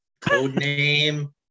Codename